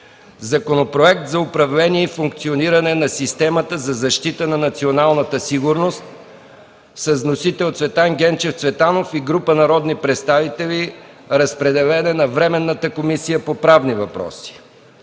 Законопроект за управление и функциониране на системата за защита на националната сигурност. Вносители – Цветан Генчев Цветанов и група народни представители. Разпределен е на Временната комисия по правни въпроси.